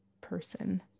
person